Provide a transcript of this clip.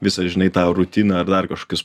visą žinai tą rutiną ar dar kažkokius